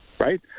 Right